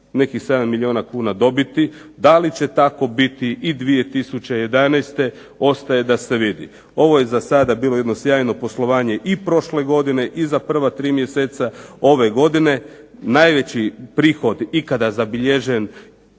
nekih 7 milijuna kuna dobiti, da li će tako biti i 2011. ostaje da se vidi. Ovo je zasada bilo jedno sjajno poslovanje i prošle godine i za prva 3 mjeseca ove godine. Najveći prihod ikada zabilježen